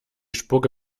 spucke